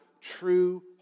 true